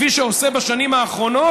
כפי שהוא עושה בשנים האחרונות